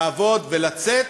לעבוד ולצאת,